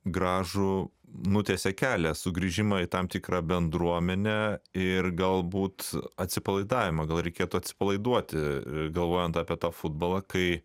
gražų nutiesė kelią sugrįžimą į tam tikrą bendruomenę ir galbūt atsipalaidavimą gal reikėtų atsipalaiduoti galvojant apie tą futbolą kai